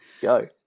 go